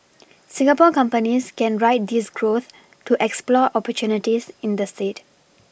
Singapore companies can ride this growth to explore opportunities in the state